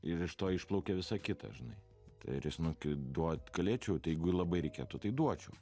ir iš to išplaukia visa kita žinai tai ar į snukį duot galėčiau tai labai reikėtų tai duočiau